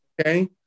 Okay